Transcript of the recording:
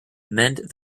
mend